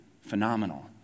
phenomenal